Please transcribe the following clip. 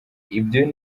ibyo